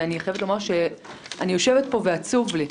ואני חייבת לומר שאני יושבת פה ועצוב לי.